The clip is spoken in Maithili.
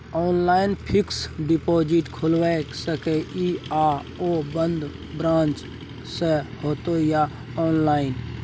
ऑनलाइन फिक्स्ड डिपॉजिट खुईल सके इ आ ओ बन्द ब्रांच स होतै या ऑनलाइन?